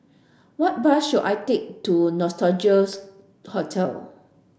what bus should I take to Nostalgia's Hotel